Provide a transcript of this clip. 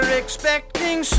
expecting